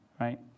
right